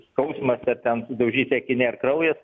skausmas ar ten sudaužyti akiniai ar kraujas